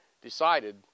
decided